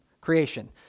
creation